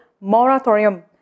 Moratorium